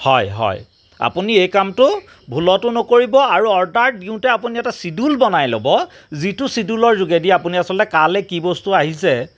হয় হয় আপুনি এই কামটো ভুলটো নকৰিব আৰু অৰ্ডাৰ দিওঁতে আপুনি চিডোল বনাই ল'ব যিটো চিডোলৰ যোগেদি আপুনি আচলতে কালে কি বস্তু আহিছে